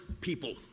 people